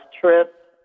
trip